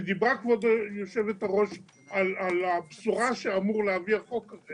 ודיברה כבוד היושבת ראש על הבשורה שאמור להביא החוק הזה